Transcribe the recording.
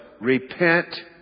repent